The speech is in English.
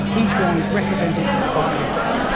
each one represented by a dot.